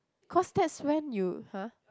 cause that's when you !huh!